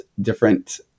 different